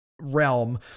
realm